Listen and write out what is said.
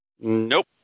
Nope